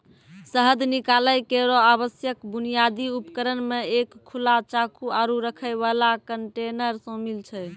शहद निकालै केरो आवश्यक बुनियादी उपकरण म एक खुला चाकू, आरु रखै वाला कंटेनर शामिल छै